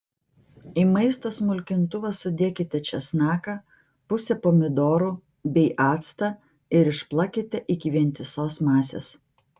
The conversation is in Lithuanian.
į maisto smulkintuvą sudėkite česnaką pusę pomidorų bei actą ir išplakite iki vientisos masės